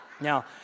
Now